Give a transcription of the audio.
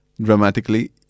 dramatically